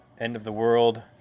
end-of-the-world